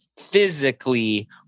physically